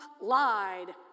lied